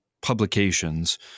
publications